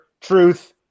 Truth